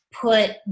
put